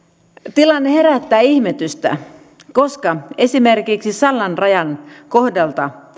tilanne herättää ihmetystä koska esimerkiksi sallan rajan kohdalta